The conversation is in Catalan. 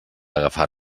agafar